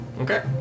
Okay